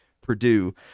Purdue